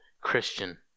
Christian